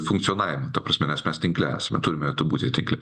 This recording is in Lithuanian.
funkcionavimą ta prasme nes mes tinkle esame turime būti tinkle